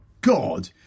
God